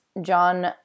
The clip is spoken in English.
John